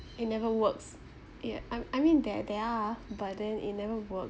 it never works ya I I mean there there are but then it never work